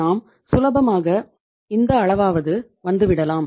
நாம் சுலபமாக இந்த அளவாவது வந்துவிடலாம்